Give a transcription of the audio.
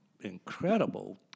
incredible